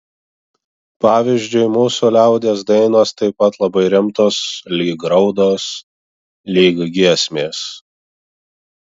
pavyzdžiui mūsų liaudies dainos taip pat labai rimtos lyg raudos lyg giesmės